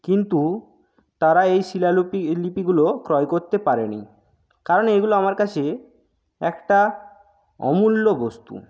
কিন্তু তারা এই শিলালিপি লিপিগুলো ক্রয় করতে পারে নি কারণ এইগুলো আমার কাছে একটা অমূল্য বস্তু